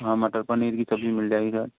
हाँ मटर पनीर की सब्जी मिल जाएगी सर